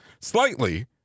slightly